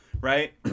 right